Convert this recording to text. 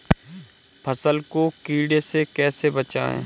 फसल को कीड़े से कैसे बचाएँ?